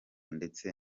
ndetse